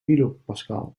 kilopascal